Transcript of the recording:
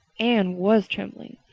anne was trembling.